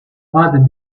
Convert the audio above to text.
add